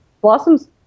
Blossom's